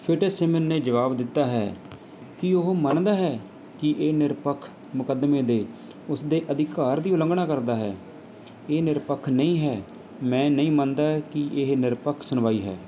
Fitzsimon ਨੇ ਜਵਾਬ ਦਿੱਤਾ ਹੈ ਕਿ ਉਹ ਮੰਨਦਾ ਹੈ ਕਿ ਇਹ ਨਿਰਪੱਖ ਮੁਕੱਦਮੇ ਦੇ ਉਸਦੇ ਅਧਿਕਾਰ ਦੀ ਉਲੰਘਣਾ ਕਰਦਾ ਹੈ ਇਹ ਨਿਰਪੱਖ ਨਹੀਂ ਹੈ ਮੈਂ ਨਹੀਂ ਮੰਨਦਾ ਕਿ ਇਹ ਨਿਰਪੱਖ ਸੁਣਵਾਈ ਹੈ